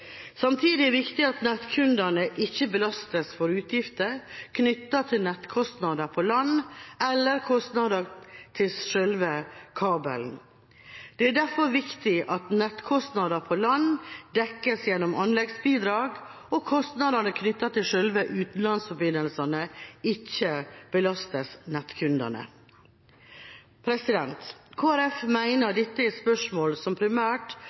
Samtidig er det viktig at nettkundene ikke belastes for utgifter knyttet til nettkostnader på land eller kostnader knyttet til selve kabelen. Det er derfor viktig at nettkostnader på land dekkes gjennom anleggsbidrag, og at kostnadene knyttet til selve utenlandsforbindelsen ikke belastes nettkundene. Kristelig Folkeparti mener dette er spørsmål som primært